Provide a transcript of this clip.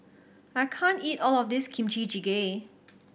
I can't eat all of this Kimchi Jjigae